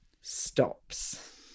stops